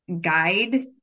guide